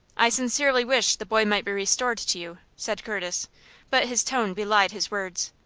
i sincerely wish the boy might be restored to you, said curtis but his tone belied his words.